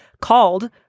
called